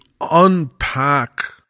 unpack